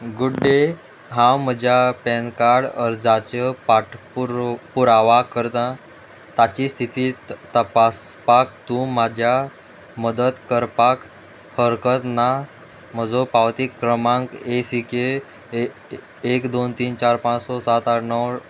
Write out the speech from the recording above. good day हांव म्हज्या PAN card अर्जाच्यो पाठपुरो पुरावा करतां ताची स्थिती तपासपाक तूं म्हाज्या मदत करपाक हरकत ना म्हजो पावती क्रमांक ए सी के एक दोन तीन चार पांच स सात आठ णव